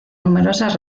numerosas